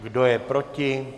Kdo je proti?